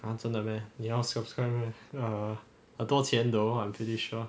!huh! 真的 meh 你要 subscribe meh uh 多钱 though I'm pretty sure